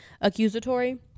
accusatory